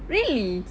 really